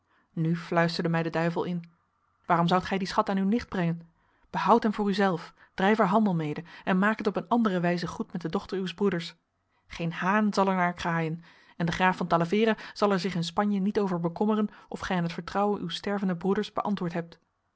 nu fluisterde mij de duivel in waarom zoudt gij dien schat aan uw nicht brengen behoud hem voor u zelf drijf er handel mede en maak het op een andere wijze goed met de dochter uws broeders geen haan zal er naar kraaien en de graaf van talavera zal er zich in spanje niet over bekommeren of gij aan het vertrouwen uws stervenden broeders beantwoord hebt